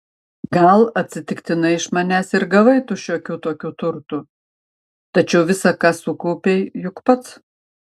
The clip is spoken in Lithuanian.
gal atsitiktinai iš manęs ir gavai tu šiokių tokių turtų tačiau visa ką sukaupei juk pats